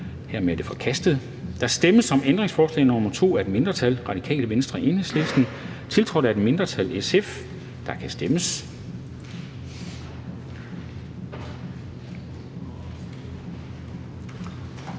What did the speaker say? Der stemmes om ændringsforslag nr. 2 af et mindretal (RV og EL), tiltrådt af et mindretal (SF), og der kan stemmes.